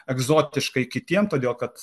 egzotiškai kitiem todėl kad